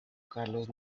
carlos